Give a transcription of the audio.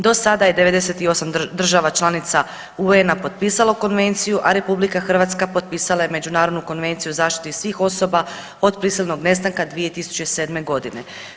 Do sada je 98 država članica UN-a potpisalo konvenciju, a RH potpisala je Međunarodnu konvenciju o zaštiti svih osoba od prisilnog nestanka 2007. godine.